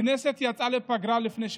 הכנסת יצאה לפגרה לפני שבוע.